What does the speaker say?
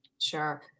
Sure